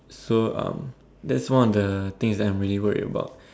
so um that's one of the things that I'm really worried about